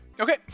okay